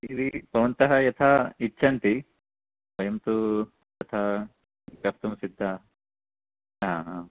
भवन्तः यथा इच्छन्ति वयं तु तथा कर्तुं सिद्धाः हा हा